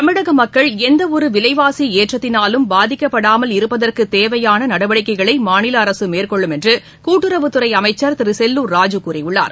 தமிழகமக்கள் எந்தவொருவிலைவாசிஏற்றத்தினாலும் பாதிக்கப்படாமல் இருப்பதற்குதேவையானநடவடிக்கைகளைமாநிலஅரசுமேற்கொள்ளும் துறைஅமைச்சர் என்றுகூட்டுறவுத் திருசெல்லூர் ராஜூ கூறியுள்ளார்